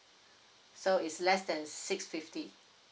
so it's less than six fifty